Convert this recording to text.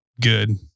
good